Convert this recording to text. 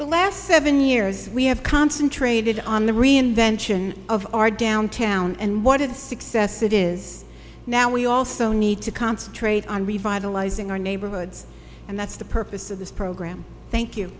the last seven years we have concentrated on the reinvention of our downtown and what is success it is now we also need to concentrate on revitalizing our neighborhoods and that's the purpose of this program thank you